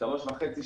שלוש שנים וחצי